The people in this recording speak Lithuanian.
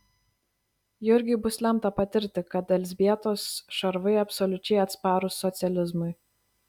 jurgiui bus lemta patirti kad elzbietos šarvai absoliučiai atsparūs socializmui